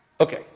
Okay